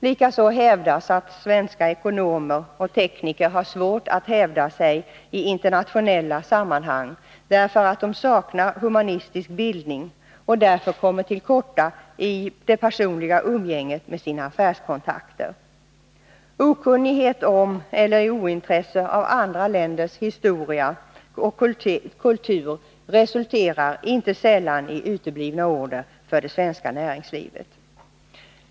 Likaså hävdas att svenska ekonomer och tekniker har svårt att hävda sig i internationella sammanhang därför att de ofta saknar humanistisk bildning. De kommer därför till korta i det personliga umgänget med sina affärskontakter. Okunnighet om eller ointresse av andra länders historia och kultur resulterar inte sällan i uteblivna order för det svenska näringslivet.